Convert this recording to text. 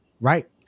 Right